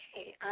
Okay